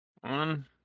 One